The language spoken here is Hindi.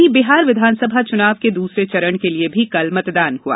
वहीं बिहार विधानसभा चनाव के दसरे चरण के लिए भी कल मतदान हुआ